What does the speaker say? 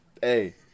Hey